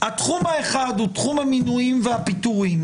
התחום האחד הוא תחום המינויים והפיטורים